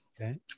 Okay